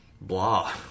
blah